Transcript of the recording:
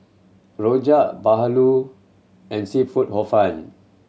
rojak bahulu and seafood Hor Fun